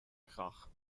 krach